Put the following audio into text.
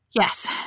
yes